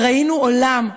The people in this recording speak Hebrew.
ראינו עולם,